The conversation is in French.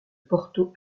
porto